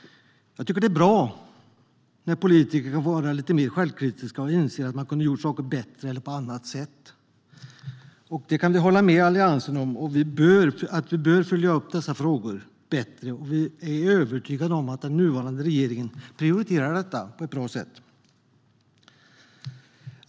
Jag tycker det är bra när politiker kan vara lite mer självkritiska och inser att man kunde ha gjort saker bättre eller på annat sätt. Vi kan hålla med Alliansen om att vi bör följa upp dessa frågor bättre, och vi är övertygade om att den nuvarande regeringen prioriterar detta på ett bra sätt.